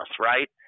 right